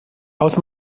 aus